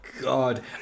god